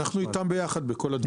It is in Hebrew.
אנחנו איתם יחד בכל הדברים.